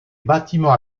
bâtiments